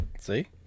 See